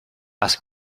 ask